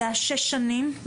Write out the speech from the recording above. זה היה שש שנים,